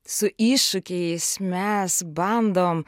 su iššūkiais mes bandom